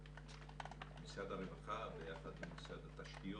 משרד הרווחה ביחד עם משרד התשתיות,